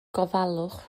gofalwch